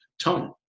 tone